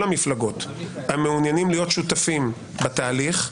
המפלגות המעוניינים להיות שותפים בתהליך,